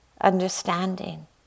understanding